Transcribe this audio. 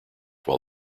while